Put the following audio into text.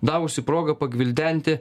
davusi progą pagvildenti